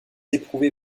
éprouvé